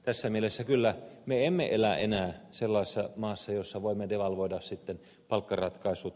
tässä mielessä me emme elä enää sellaisessa maassa jossa voimme devalvoida sitten palkkaratkaisut